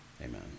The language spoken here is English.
amen